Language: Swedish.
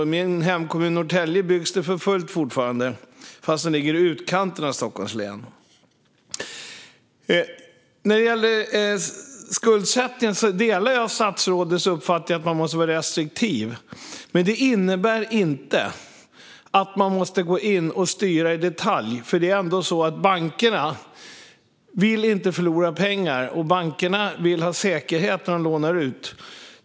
I min hemkommun Norrtälje byggs det fortfarande för fullt även om den ligger i utkanten av Stockholms län. När det gäller skuldsättning delar jag statsrådets uppfattning att man måste vara restriktiv. Men det innebär inte att man måste gå in och styra i detalj. Bankerna vill nämligen inte förlora pengar, och bankerna vill ha säkerhet när de lånar ut.